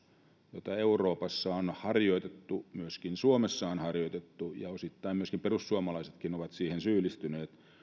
jota euroopassa on harjoitettu ja myöskin suomessa on harjoitettu ja osittain myöskin perussuomalaiset ovat siihen syyllistyneet